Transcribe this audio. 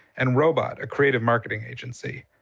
and robot, a creative marketing agency.